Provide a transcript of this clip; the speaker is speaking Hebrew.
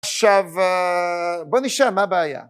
עכשיו בוא נשאל מה הבעיה